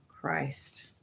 Christ